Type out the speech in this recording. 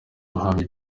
uhamya